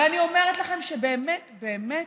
ואני אומרת לכם שבאמת באמת,